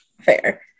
Fair